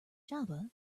java